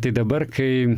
tai dabar kai